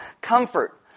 comfort